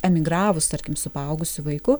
emigravus tarkim su paaugusiu vaiku